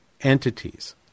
entities